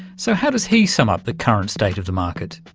so how does he sum up the current state of the market?